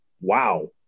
Wow